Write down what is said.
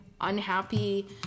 unhappy